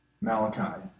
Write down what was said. Malachi